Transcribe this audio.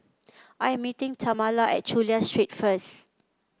I am meeting Tamala at Chulia Street first